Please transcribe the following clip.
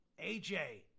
AJ